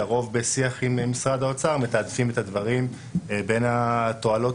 לרוב בשיח עם משרד האוצר מתעדפים את הדברים בין התועלות